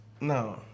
No